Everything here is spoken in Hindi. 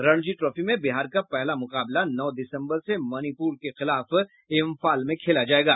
रणजी ट्रॉफी में बिहार का पहला मुकाबला नौ दिसम्बर से मणिपूर के खिलाफ इम्फाल में खेला जायेगा